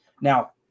Now